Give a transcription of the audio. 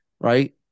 right